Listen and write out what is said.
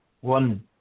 one